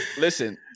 listen